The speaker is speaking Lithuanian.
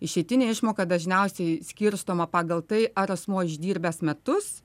išeitinė išmoka dažniausiai skirstoma pagal tai ar asmuo išdirbęs metus